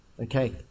Okay